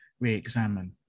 re-examine